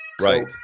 Right